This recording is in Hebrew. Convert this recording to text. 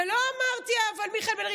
ולא אמרתי: אבל מיכאל בן ארי,